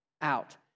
out